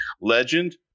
legend